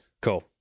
cool